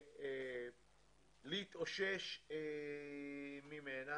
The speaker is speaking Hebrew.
להתאושש ממנה.